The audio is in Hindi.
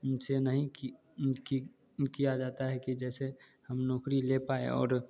से नहीं किया जाता है जैसे हम नौकरी ले पाएँ और